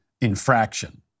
infraction